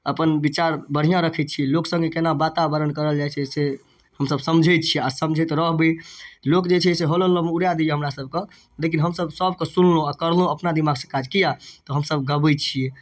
अपन विचार बढ़िआँ रखै छियै लोक सङ्गे केना वातावरण करल जाइ छै से हमसब समझै छियै आओर समझैत रहबै लोक जे छै से हो लो लो मे उड़ै दै यऽ हमरा सबके लेकिन हमसब सबके सुनलहुँ आओर करलहुँ अपना दिमागसँ काज किया तऽ हमसब गबै छियै